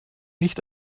nicht